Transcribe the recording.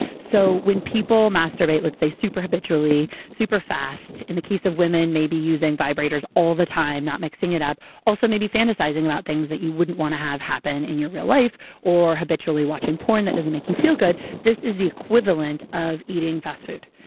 so when people masturbate, let's say, super habitually, super fast. in the case of women, maybe using vibrators all the time, not mixing it up. also maybe fantasizing about things that you wouldn't want to have happen in real life or habitually watching porn that doesn't make you feel good, this is the equivalent of eating fast food.